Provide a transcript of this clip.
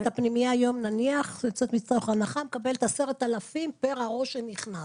נניח הפנימייה היום מקבלת 10,000 פר הראש שנכנס.